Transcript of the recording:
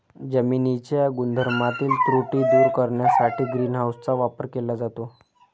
जमिनीच्या गुणधर्मातील त्रुटी दूर करण्यासाठी ग्रीन हाऊसचा वापर केला जातो